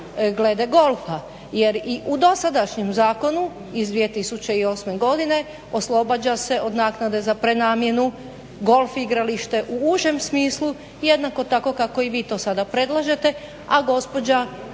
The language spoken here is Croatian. glede golfa jer i u dosadašnjem zakonu iz 2008. godine oslobađa se od naknade za prenamjenu golf igralište u užem smislu jednako tako kako i vi to sada predlažete, a gospođa